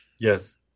Yes